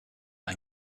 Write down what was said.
ein